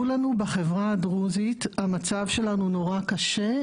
בחברה הערבית, יש תת קבוצות, יש כל מיני.